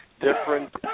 different